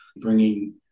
bringing